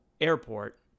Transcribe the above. airport